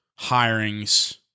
hirings